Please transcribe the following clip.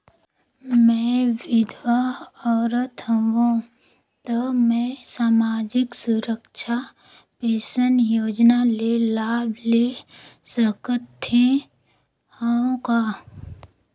मैं विधवा औरत हवं त मै समाजिक सुरक्षा पेंशन योजना ले लाभ ले सकथे हव का?